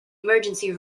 emergency